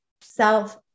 self